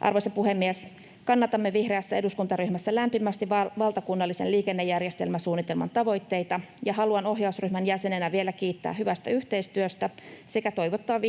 Arvoisa puhemies! Kannatamme vihreässä eduskuntaryhmässä lämpimästi valtakunnallisen liikennejärjestelmäsuunnitelman tavoitteita, ja haluan ohjausryhmän jäsenenä vielä kiittää hyvästä yhteistyöstä sekä toivottaa